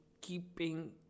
keeping